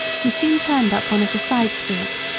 we soon turned up one of the side streets,